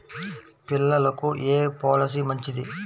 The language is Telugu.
పిల్లలకు ఏ పొలసీ మంచిది?